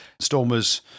Stormers